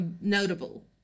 Notable